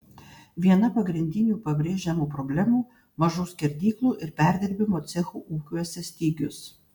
viena pagrindinių pabrėžiamų problemų mažų skerdyklų ir perdirbimo cechų ūkiuose stygius